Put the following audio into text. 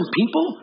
people